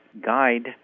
guide